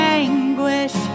anguish